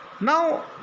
Now